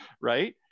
right